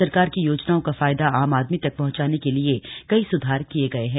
सरकार की योजनाओं का फायदा आम आदमी तक पहुंचाने के लिए कई स्धार किए गए हैं